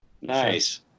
Nice